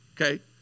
Okay